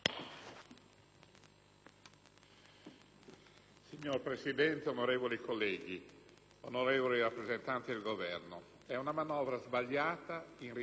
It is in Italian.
Signora Presidente, onorevoli colleghi, onorevole rappresentante del Governo, è una manovra sbagliata, in ritardo, incerta.